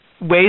ways